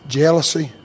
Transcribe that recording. jealousy